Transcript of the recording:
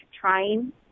trying